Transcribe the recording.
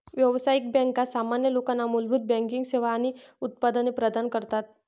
व्यावसायिक बँका सामान्य लोकांना मूलभूत बँकिंग सेवा आणि उत्पादने प्रदान करतात